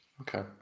Okay